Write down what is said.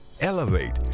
elevate